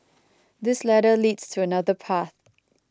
this ladder leads to another path